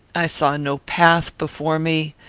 i saw no path before me.